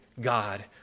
God